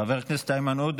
חבר הכנסת איימן עודה